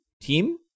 team